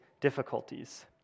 difficulties